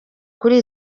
kuri